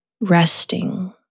resting